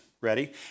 Ready